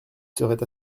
serait